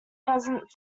present